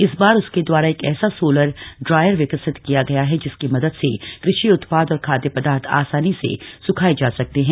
इस बार उसके द्वारा एक ऐसा सोलर ड्रायर विकसित किया गया है जिसकी मदद से कृषि उत्पाद और खाद्य पदार्थ आसानी से सुखाए जा सकते है